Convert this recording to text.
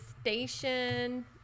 station